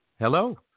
Hello